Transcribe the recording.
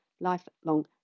lifelong